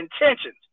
intentions